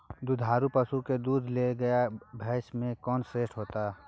दुधारू पसु में दूध के लेल गाय आ भैंस में कोन श्रेष्ठ होयत?